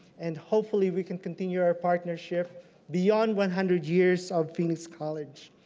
and hopefully we can continue our partnership beyond one hundred years of phoenix college.